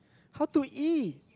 how to eat